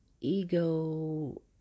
ego